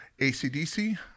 ACDC